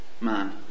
man